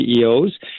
CEOs